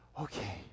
okay